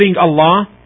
Allah